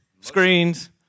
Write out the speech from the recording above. Screens